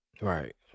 Right